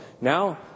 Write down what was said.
Now